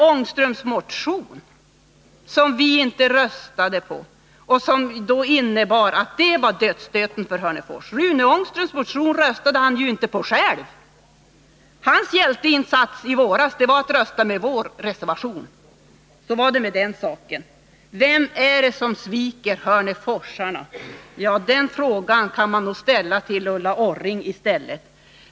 Att vi inte röstade på Rune Ångströms motion innebar dödsstöten för Hörnefors, sade Ulla Orring. Rune Ångström röstade ju inte själv på sin motion! Hans hjälteinsats i våras var att rösta på vår reservation. Så var det med den saken. Vem är det som sviker hörneforsborna? — Den frågan kan man ställa till Ulla Orring.